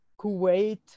Kuwait